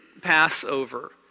Passover